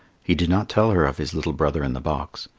he did not tell her of his little brother in the box.